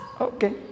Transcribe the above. okay